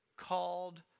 called